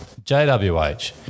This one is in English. JWH